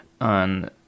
on